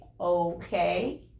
okay